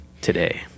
today